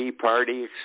party